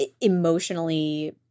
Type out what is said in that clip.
emotionally